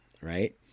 right